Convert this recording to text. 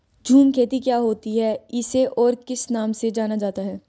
झूम खेती क्या होती है इसे और किस नाम से जाना जाता है?